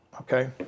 Okay